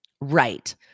Right